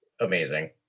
amazing